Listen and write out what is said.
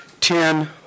ten